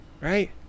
right